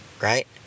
right